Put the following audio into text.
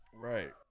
right